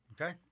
Okay